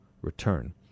return